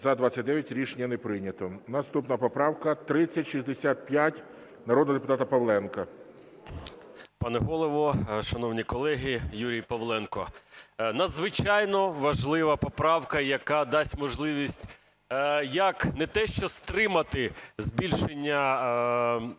За-29 Рішення не прийнято. Наступна поправка 3065 народного депутата Павленка. 12:33:17 ПАВЛЕНКО Ю.О. Пане Голово, шановні колеги! Юрій Павленко. Надзвичайно важлива поправка, яка дасть можливість як не те, що стримати збільшення тарифів,